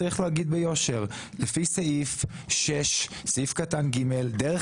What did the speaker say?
צריך להגיד ביושר שלפי סעיף 6(ג) דרך